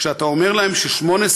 כשאתה אומר להם ש-18.6%,